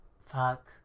Fuck